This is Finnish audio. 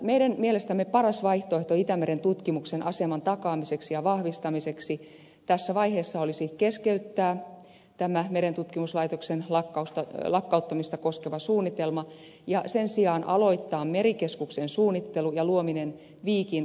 meidän mielestämme paras vaihtoehto itämeren tutkimuksen aseman takaamiseksi ja vahvistamiseksi tässä vaiheessa olisi keskeyttää tämä merentutkimuslaitoksen lakkauttamista koskeva suunnitelma ja sen sijaan aloittaa merikeskuksen suunnittelu ja luominen viikin kampusalueelle